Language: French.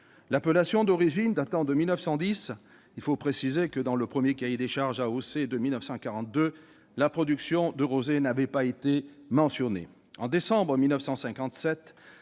L'appellation d'origine datant de 1910, il faut préciser que, dans le premier cahier des charges AOC de 1942, la production de rosé n'avait pas été mentionnée. En décembre 1957,